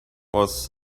was